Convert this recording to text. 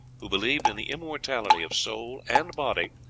who believed in the immortality of soul and body,